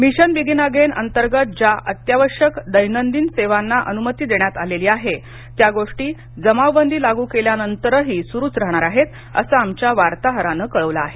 mission begin again अंतर्गत ज्या अत्यावश्यक दैनंदिन सेवांना अनुमती देण्यात आलेली आहे त्या गोष्टी जमावबंदी लागु केल्यानंतरही सुरूच राहणार आहेत असं आमच्या वार्ताहराने कळवलं आहे